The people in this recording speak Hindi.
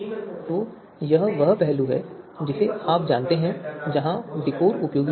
तो यह वह पहलू है जिसे आप जानते हैं जहां विकोर उपयोगी हो सकता है